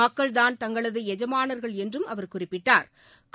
மக்கள்தான் தங்களது எஜமானா்கள் என்றும் அவா் குறிப்பிட்டாா்